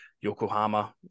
Yokohama